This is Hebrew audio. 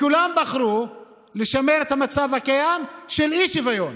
כולם בחרו לשמר המצב הקיים של אי-שוויון,